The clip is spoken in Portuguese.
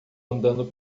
andando